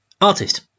artist